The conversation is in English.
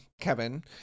Kevin